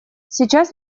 сейчас